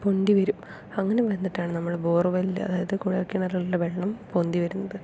പൊന്തി വരും അങ്ങനെ വന്നിട്ടാണ് നമ്മൾ ബോർവെൽ അതായത് കുഴൽ കിണറിലെ വെള്ളം പൊന്തി വരുന്നത്